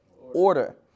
order